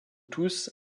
tous